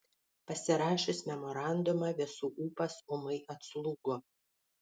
pasirašius memorandumą visų ūpas ūmai atslūgo